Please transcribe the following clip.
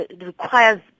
requires